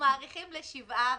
מאריכים ל-7 באוגוסט.